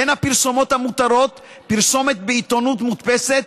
בין הפרסומות המותרות: פרסומת בעיתונות מודפסת,